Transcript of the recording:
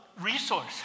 resource